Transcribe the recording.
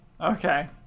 okay